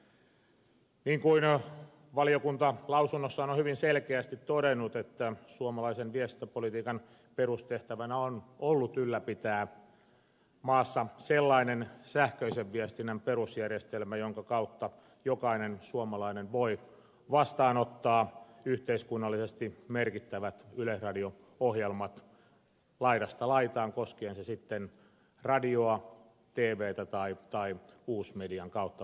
niin kuin valiokunta mietinnössään on hyvin selkeästi todennut suomalaisen viestintäpolitiikan perustehtävänä on ollut ylläpitää maassa sellainen sähköisen viestinnän perusjärjestelmä jonka kautta jokainen suomalainen voi vastaanottaa yhteiskunnallisesti merkittävät yleisradio ohjelmat laidasta laitaan koskien sitten radiota tvtä tai uusmedian kautta välitettävää viestintää